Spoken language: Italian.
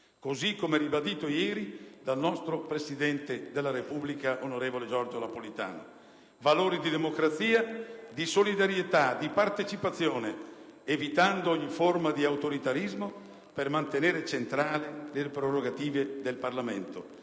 così come ribadito ieri dal nostro presidente della Repubblica, onorevole Giorgio Napolitano: valori di democrazia, di solidarietà, di partecipazione, evitando ogni forma di autoritarismo, per mantenere centrali le prerogative del Parlamento,